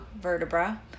vertebra